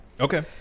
Okay